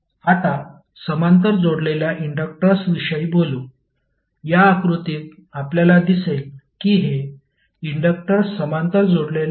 आता समांतर जोडलेल्या इंडक्टर्सविषयी बोलू या आकृतीत आपल्याला दिसेल की हे इंडक्टर्स समांतर जोडलेले आहेत